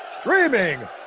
streaming